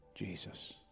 Jesus